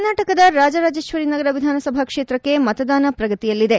ಕರ್ನಾಟಕದ ರಾಜರಾಜೇಶ್ವರಿ ನಗರ ವಿಧಾನಸಭಾ ಕ್ಷೇತ್ರಕ್ಕೆ ಮತದಾನ ಪ್ರಗತಿಯಿಲ್ಲಿದೆ